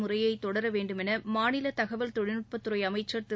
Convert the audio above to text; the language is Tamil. முறைய தொடர வேண்டுமென மாநில தகவல் தொழில்நுட்பத்துறை அமைச்சர் திரு